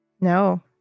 No